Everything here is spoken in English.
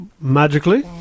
Magically